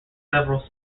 several